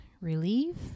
relieve